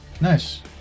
nice